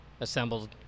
assembled